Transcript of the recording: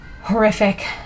horrific